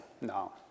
No